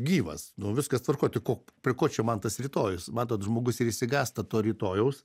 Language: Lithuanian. gyvas viskas tvarkoj tai ko prie ko čia man tas rytojus matot žmogus ir išsigąsta to rytojaus